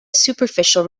superficial